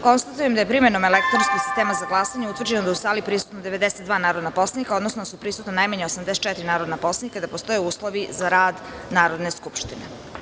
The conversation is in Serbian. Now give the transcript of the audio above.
Konstatujem da je, primenom elektronskog sistema za glasanje, utvrđeno da su u sali prisutna 92 narodna poslanika, odnosno da su prisutna najmanje 84 narodna poslanika i da postoje uslovi za rad Narodne skupštine.